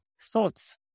thoughts